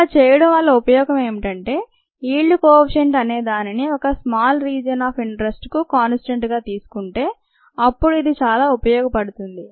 ఇలా చేయడం వల్ల ఉపయోగం ఏమిటంటే ఈల్డ్ కోఎఫిషెంట్ అనేదానిని ఒక స్మాల్ రిజియన్ ఆఫ్ ఇంటరెస్ట్కు కాన్స్టంట్గా తీసుకుంటే అప్పుడు ఇది చాలా ఉపయోగపడుతుంది